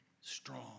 strong